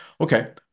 okay